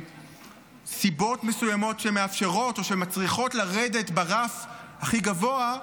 סיבות מסוימות שמאפשרות או שמצריכות לרדת מהרף הכי גבוה,